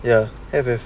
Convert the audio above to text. ya like that